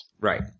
Right